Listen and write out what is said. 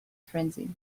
frenzy